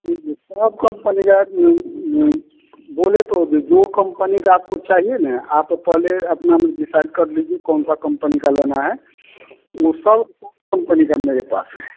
जी जी सब कंपनी का बोले तो जो कंपनी का आपको चाहिए न आप तो पहले अपना में डिसाइड कर लीजिए कौन सा कंपनी का लेना है ऊ सब कंपनी का मेरे पास है